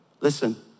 listen